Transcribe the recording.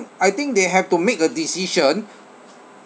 I think they have to make a decision